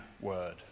word